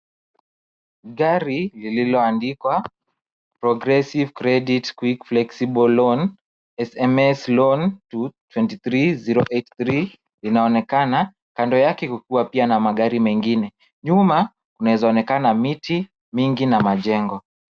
Gari lililoandikwa Progressive Credit quick flexible loan , SMS loan to twenty three zero eight three linaonekana. Kando yake hukuwa pia na magari mengine. Nyuma kunaweza onekana miti mingi na majengo.